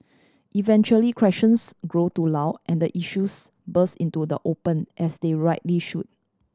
eventually questions grow too loud and the issues burst into the open as they rightly should